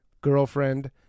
girlfriend